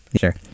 sure